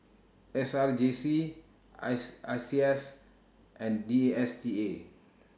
S R J C I S I C S and D S T A